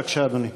בבקשה, אדוני.